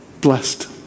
blessed